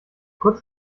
kurz